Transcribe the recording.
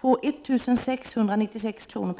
på 1696 kr.